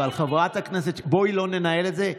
אבל חברת הכנסת שטרית, בואי לא ננהל את זה.